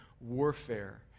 warfare